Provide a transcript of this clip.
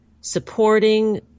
supporting